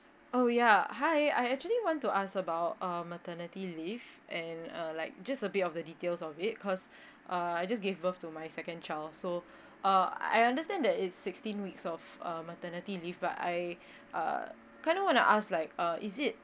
oh ya hi I actually want to ask about um maternity leave and uh like just a bit of the details of it cause uh I just gave birth to my second child so uh I understand that it's sixteen weeks of uh maternity leave but I uh kind of want to ask like uh is it